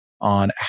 on